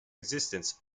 existence